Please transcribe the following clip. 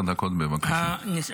עשר דקות, בבקשה.